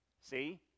See